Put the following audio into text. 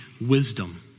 wisdom